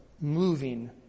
moving